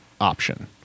Option